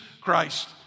Christ